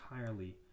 entirely